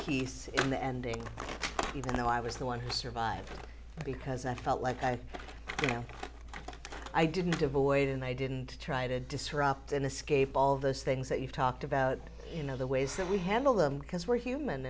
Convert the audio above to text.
peace in the ending even though i was the one who survived because i felt like i i didn't avoid and i didn't try to disrupt and escape all those things that you've talked about you know the ways that we handle them because we're human